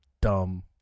dumb